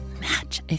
match